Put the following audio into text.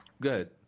good